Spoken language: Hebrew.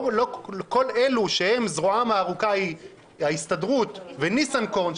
כל אלו שזרועם הארוכה היא ההסתדרות וניסנקורן,